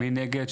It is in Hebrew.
1 נגד,